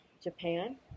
Japan